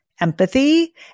empathy